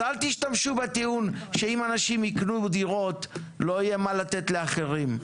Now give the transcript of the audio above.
אז אל תשתמשו בטיעון שאם אנשים ייקנו דירות לא יהיה מה לתת לאחרים.